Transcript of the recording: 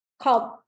called